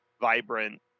vibrant